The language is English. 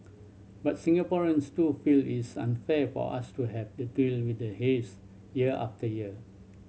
but Singaporeans too feel it's unfair for us to have to deal with the haze year after year